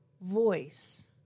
voice